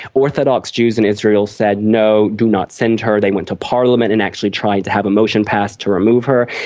orthodox jews in israel said no, do not send her', they went to parliament and actually tried to have a motion passed to remove her.